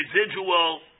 residual